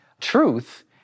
truth